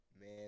Man